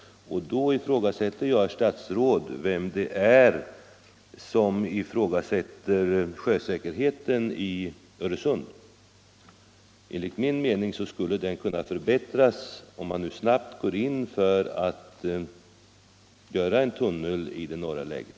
Och då, herr statsråd, frågar jag vem det är som ifrågasätter sjösäkerheten i Öresund. Enligt min mening skulle den kunna förbättras, om man snabbt gick in för att bygga en tunnel i den norra leden.